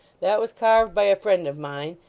that was carved by a friend of mine,